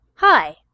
Hi